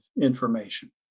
information